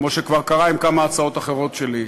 כמו שכבר קרה עם הצעות אחרות שלי.